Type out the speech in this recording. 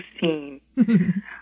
scene